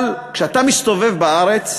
אבל כשאתה מסתובב בארץ,